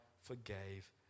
forgave